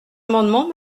amendement